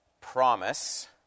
promise